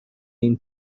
این